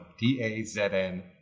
D-A-Z-N